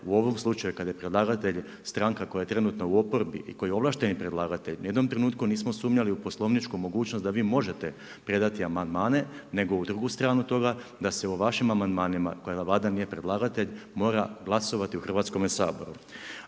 u ovom slučaju kada je predlagatelj stranka koja je trenutno u oporbi i koja je ovlašteni predlagatelj, ni u jednom trenutku nismo smuljali u poslovničku mogućnost, da vi možete predati amandmane, nego u drugu stranu toga, da se u vašim amandmanima kojima Vlada nije predlagatelj, mora glasovati u Hrvatskom saboru.